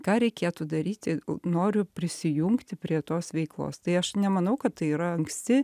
ką reikėtų daryti noriu prisijungti prie tos veiklos tai aš nemanau kad tai yra anksti